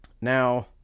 Now